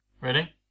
ready